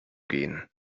gehen